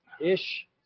ish